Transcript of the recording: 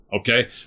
okay